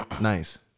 Nice